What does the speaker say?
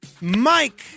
Mike